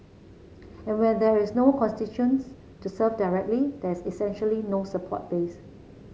and when there is no constitutions to serve directly there is essentially no support base